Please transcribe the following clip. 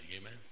Amen